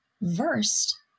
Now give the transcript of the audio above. versed